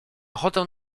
ochotę